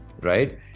right